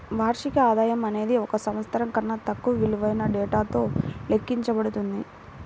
వార్షిక ఆదాయం అనేది ఒక సంవత్సరం కన్నా తక్కువ విలువైన డేటాతో లెక్కించబడుతుంది